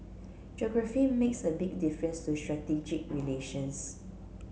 geography makes a big difference to strategic relations